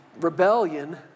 Rebellion